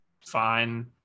fine